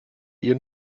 ihren